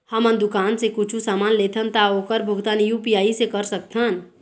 हमन दुकान से कुछू समान लेथन ता ओकर भुगतान यू.पी.आई से कर सकथन?